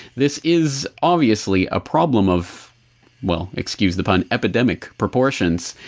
this is, obviously, a problem of well, excuse the pun epidemic proportions,